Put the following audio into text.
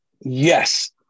yes